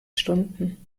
stunden